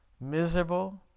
miserable